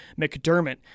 McDermott